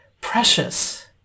precious